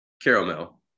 caramel